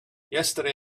yesterday